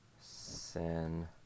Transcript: Sin